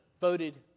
voted